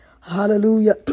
Hallelujah